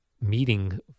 meeting